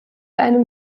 einem